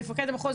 מפקד המחוז,